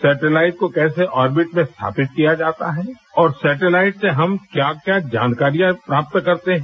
satellite को कैसे orbit में स्थापित किया जाता है और सेटेलाइट से हम क्या क्या जानकारियां प्राप्त करते हैं